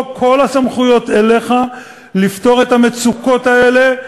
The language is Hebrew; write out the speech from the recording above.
כל הסמכויות אליך לפתור את המצוקות האלה.